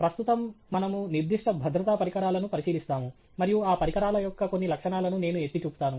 ప్రస్తుతం మనము నిర్దిష్ట భద్రతా పరికరాలను పరిశీలిస్తాము మరియు ఆ పరికరాల యొక్క కొన్ని లక్షణాలను నేను ఎత్తి చూపుతాను